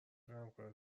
همکارت